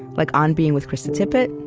like on being with krista tippett,